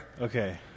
Okay